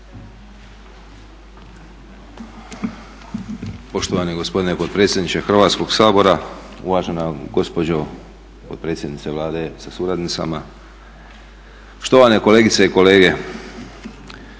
Poštovani gospodine potpredsjedniče Hrvatskog sabora, uvažena gospođo potpredsjednice Vlade sa suradnicama, štovane kolegice i kolege